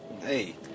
Hey